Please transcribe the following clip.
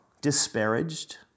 disparaged